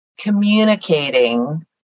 communicating